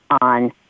on